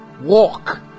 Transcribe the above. Walk